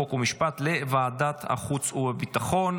חוק ומשפט לוועדת החוץ והביטחון.